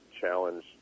challenge